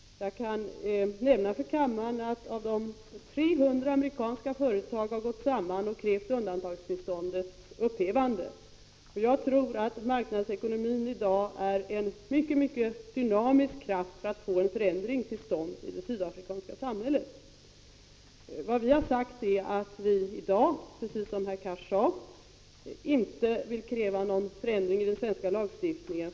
Jag kan nämna för kammaren att 300 amerikanska företag har gått samman och krävt undantagstillståndets upphävande. Jag tror att marknadsekonomin i dag är en mycket dynamisk kraft för att få en Vad vi har sagt är, precis som herr Cars refererade, att vi i dag inte vill 17 december 1985 kräva någon förändring i den svenska lagstiftningen.